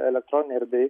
elektroninėj erdvėj